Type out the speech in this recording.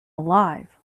alive